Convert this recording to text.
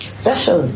special